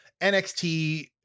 NXT